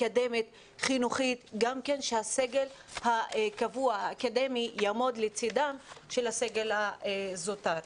אקדמית וחינוכית שהסגל הקבוע האקדמי יעמוד לצד הסגל הזוטר.